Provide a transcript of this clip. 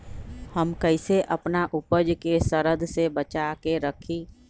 हम कईसे अपना उपज के सरद से बचा के रखी?